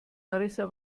marissa